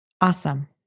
Awesome